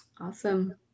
Awesome